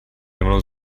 avevano